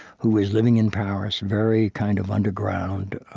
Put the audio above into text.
who was living in paris, very kind of underground.